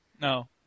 No